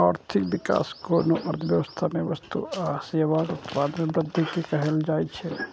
आर्थिक विकास कोनो अर्थव्यवस्था मे वस्तु आ सेवाक उत्पादन मे वृद्धि कें कहल जाइ छै